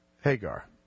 Hagar